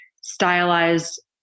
stylized